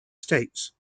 states